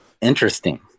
interesting